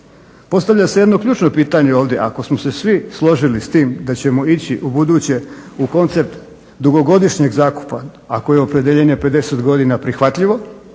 postavlja se jedno ključno pitanje ovdje ako smo se svi složili s tim da ćemo ići ubuduće u koncept dugogodišnjeg zakupa, ako je opredjeljenje 50 godina prihvatljivo,